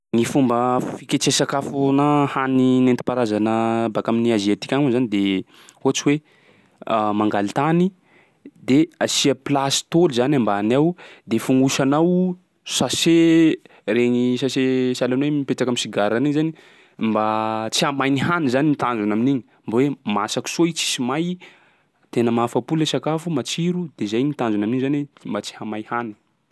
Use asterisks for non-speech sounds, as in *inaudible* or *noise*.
Ny fomba fiketreha sakafo na hany nentim-paharazana baka amin'ny aziatika agny moa zany, de hatsy hoe *hesitation* mangaly tany de asia plasy tôly zany ambany ao de fognosanao sachet, regny sachet sahalan'ny hoe mipetraka am'sigarany igny zany mba tsy hahamay gny hany zany ny tanjona amin'igny, mbô hoe masaky soa i tsisy may, tena mahafa-po le sakafo, matsiro. De zay ny tanjona amin'igny zany mba tsy hahamay hany.